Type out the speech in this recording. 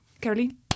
Caroline